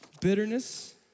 bitterness